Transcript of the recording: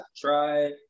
Try